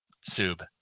Sub